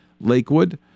Lakewood